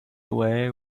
away